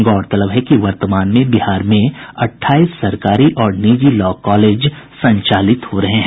गौरतलब है कि वर्तमान में बिहार में अट्ठाईस सरकारी और निजी लॉ कॉलेज संचालित हो रहे हैं